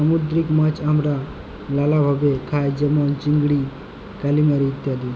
সামুদ্দিরিক মাছ আমরা লালাভাবে খাই যেমল চিংড়ি, কালিমারি ইত্যাদি